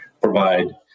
provide